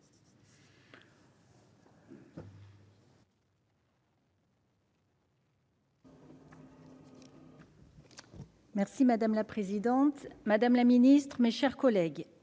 Madame la présidente, madame la ministre, mes chers collègues,